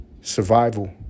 survival